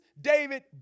David